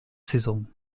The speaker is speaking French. saison